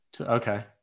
Okay